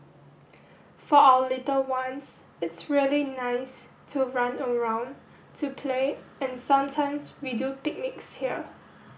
for our little ones it's really nice to run around to play and sometimes we do picnics here